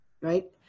right